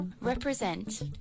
represent